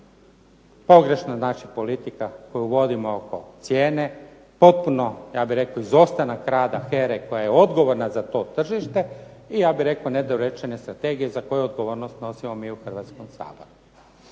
Pogrešna je dakle politika koju vodimo oko cijene, potpuno ja bih rekao izostanak rada HERA-e koja je odgovorna za to tržište, i ja bih rekao nedorečene strategije za koju odgovornost nosimo mi u Hrvatskom saboru.